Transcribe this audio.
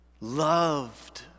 loved